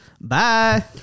Bye